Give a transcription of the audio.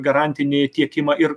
garantinį tiekimą ir